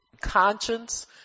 conscience